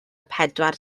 pedwar